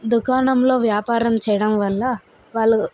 దుకాణంలో వ్యాపారం చేయడం వల్ల వాళ్లకు